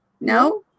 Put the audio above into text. No